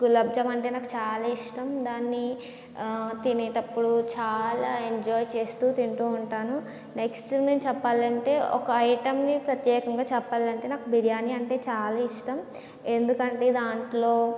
గులాబ్జామ్ అంటే నాకు చాలా ఇష్టం దాన్ని తినేటప్పుడు చాలా ఎంజాయ్ చేస్తూ తింటూ ఉంటాను నెక్స్ట్ నేను చెప్పాలంటే ఒక ఐటమ్ని ప్రత్యేకంగా చెప్పాలంటే నాకు బిర్యాని అంటే చాలా ఇష్టం ఎందుకంటే దాంట్లో